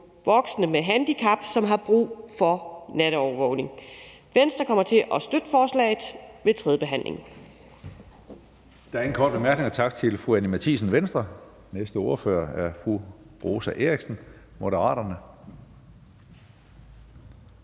voksne med handicap, som har brug for natovervågning. Venstre kommer til at støtte forslaget ved tredjebehandlingen.